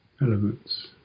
elements